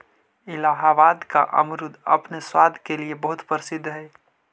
इलाहाबाद का अमरुद अपने स्वाद के लिए बहुत प्रसिद्ध हई